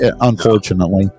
unfortunately